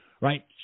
right